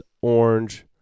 Orange